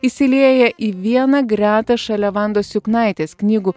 įsilieja į vieną gretą šalia vandos juknaitės knygų